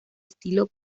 estilo